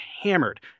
hammered